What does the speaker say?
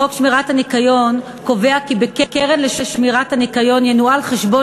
חוק שמירת הניקיון: החוק קובע כי בקרן לשמירת הניקיון ינוהל חשבון